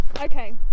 Okay